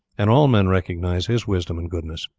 and all men recognize his wisdom and goodness.